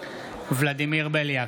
ולדימיר בליאק,